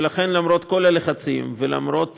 ולכן, למרות כל הלחצים, ולמרות